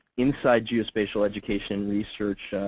inside geospatial education research,